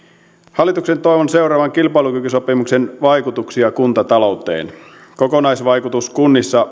hallituksen toivon seuraavan kilpailukykysopimuksen vaikutuksia kuntatalouteen kokonaisvaikutukset kunnissa